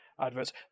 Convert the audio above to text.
adverts